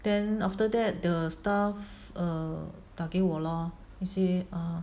then after that the staff err 打给我 lor 那些 ah